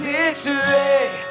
Victory